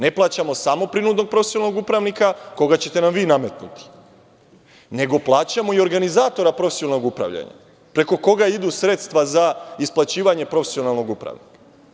Ne plaćamo samo prinudnog profesionalnog upravnika koga ćete nam vi nametnuti, nego plaćamo i organizatora profesionalnog upravljanja, preko koga idu sredstva za isplaćivanje profesionalnog upravnika.